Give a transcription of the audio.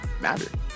matter